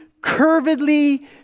curvedly